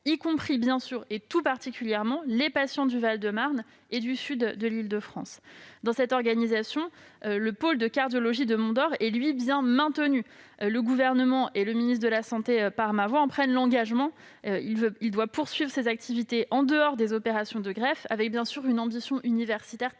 cardiaque en France, tout particulièrement les patients du Val-de-Marne et du sud de l'Île-de-France. Dans cette organisation, le pôle de cardiologie de Mondor est, lui, bien maintenu. Le Gouvernement et le ministre des solidarités et de la santé, par ma voix, en prennent l'engagement. Ce pôle doit poursuivre ses activités en dehors des opérations de greffe, avec une ambition universitaire très forte-